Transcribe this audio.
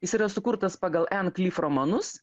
jis yra sukurtas pagal en klyf romanus